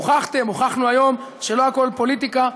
הוכחתם, הוכחנו, היום, שלא הכול פוליטיקה.